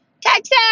Texas